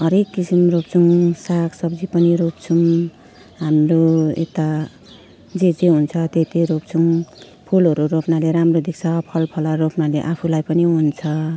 हरेक किसिम रोप्छौँ सागसब्जी पनि रोप्छौँ हाम्रो यता जे जे हुन्छ त्यही त्यही रोप्छौँ फुलहरू रोप्नाले राम्रो देख्छ फल फलाएर रोप्नाले आफूलाई पनि हुन्छ